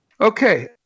Okay